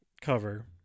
cover